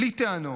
בלי טענות,